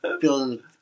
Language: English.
building